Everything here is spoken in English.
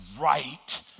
right